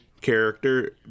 character